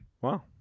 Wow